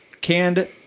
Canned